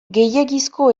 gehiegizko